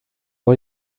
var